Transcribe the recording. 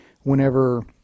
whenever